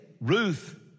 Ruth